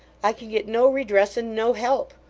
i can get no redress and no help.